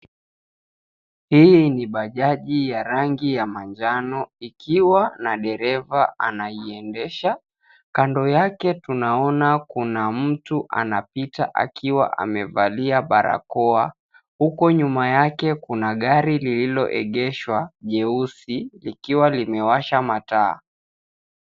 Hii ni bhajaji ya rangi ya manjano, ikiwa na dereva anaiendesha. Kando yake tunaona kuna mtu anapita akiwa amevalia barakoa. Huko nyuma yake Kuna gari lililoegeshwa jeusi, likiwa limewasha mataa.